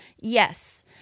Yes